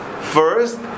first